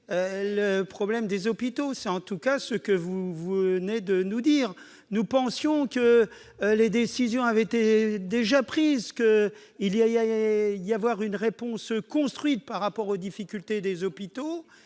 le problème des hôpitaux ; c'est en tout cas ce que vous venez de nous dire. Nous pensions que les décisions étaient déjà prises, qu'il y aurait une réponse construite aux difficultés des hôpitaux,